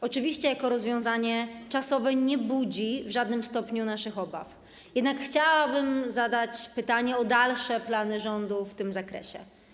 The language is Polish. Oczywiście jako rozwiązanie czasowe nie budzi w żadnym stopniu naszych obaw, jednak chciałabym zadać pytanie o dalsze plany rządu w tym zakresie.